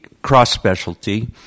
cross-specialty